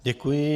Děkuji.